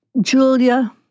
Julia